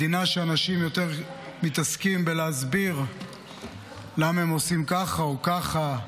מדינה שבה אנשים מתעסקים יותר בלהסביר למה הם עושים ככה או ככה,